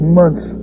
months